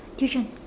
tuition